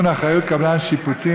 התרבות והספורט.